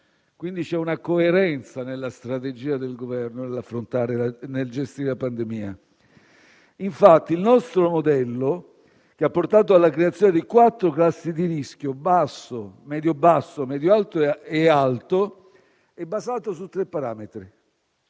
quindi una coerenza nella strategia del Governo per affrontare e gestire la pandemia. Infatti il nostro modello, che ha portato alla creazione di quattro classi di rischio - basso, medio-basso, medio-alto e alto - è basato su tre parametri: